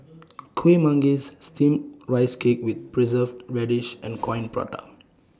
Kuih Manggis Steamed Rice Cake with Preserved Radish and Coin Prata